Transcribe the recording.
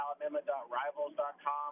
Alabama.Rivals.com